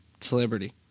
celebrity